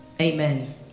Amen